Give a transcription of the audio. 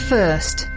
First